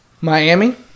Miami